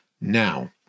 Now